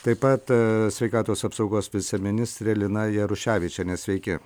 taip pat sveikatos apsaugos viceministrė lina jaruševičienė sveiki